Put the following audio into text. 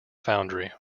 foundry